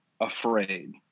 afraid